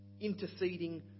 interceding